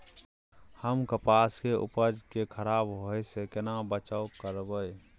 हम कपास के उपज के खराब होय से केना बचाव करबै?